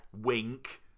Wink